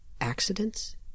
accidents